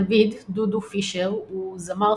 דוד "דודו" פישר הוא זמר,